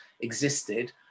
existed